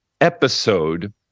episode